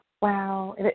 Wow